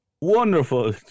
wonderful